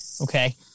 Okay